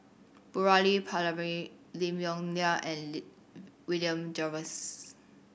Murali Pillai Lim Yong Liang and William Jervois